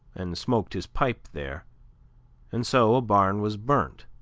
and smoked his pipe there and so a barn was burnt.